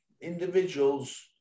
individuals